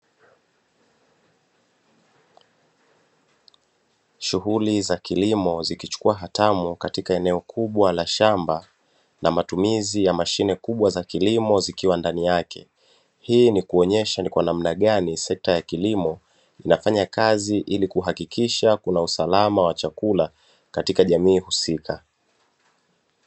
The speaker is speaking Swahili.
Shughuli za kilimo zikichukua hatamu katika eneo kubwa la shamba na matumizi ya mashine kubwa za kilimo zikiwa ndani yake . Hii ni kuonyesha ni kwa namna gani sekta ya kilimo inafanya kazi ili kuhakikisha kuna usalama wa chakula katika jamii husika.